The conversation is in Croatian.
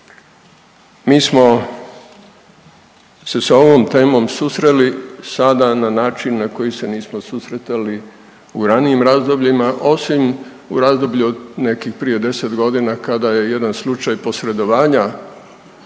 mi smo se sa ovom temom susreli sada na način na koji se nismo susretali u ranijim razdobljima, osim u razdoblju od nekih prije 10 godina kada je jedan slučaj posredovanja